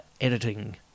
editing